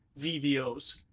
videos